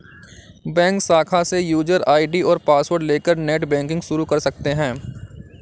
bank शाखा से user ID और पॉसवर्ड लेकर नेटबैंकिंग शुरू कर सकते है